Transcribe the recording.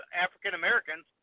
African-Americans